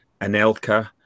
Anelka